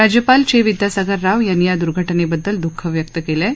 राज्यपाल चे विद्यासागर राव यांनी या दुर्घटनेबद्दल दुख व्यक्त केलं आहे